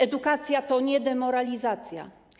Edukacja to nie demoralizacja.